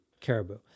caribou